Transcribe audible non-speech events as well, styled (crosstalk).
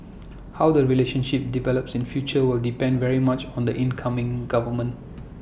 how the relationship develops in future will depend very much on the incoming government (noise)